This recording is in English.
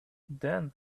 then